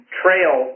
trail